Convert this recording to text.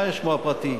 מה היה שמו הפרטי?